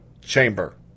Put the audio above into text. chamber